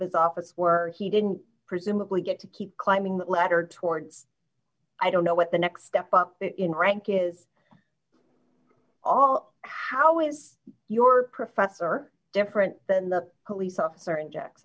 his office where he didn't presumably get to keep climbing the ladder towards i don't know what the next step up in rank is how is your professor different than the police officer in